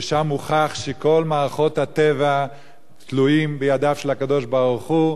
ששם הוכח שכל מערכות הטבע תלויות בידיו של הקדוש-ברוך-הוא.